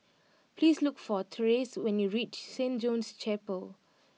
please look for Therese when you reach Saint John's Chapel